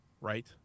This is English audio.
right